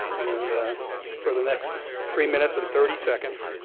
and for the next three minutes and thirty seconds